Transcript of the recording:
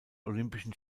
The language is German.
olympischen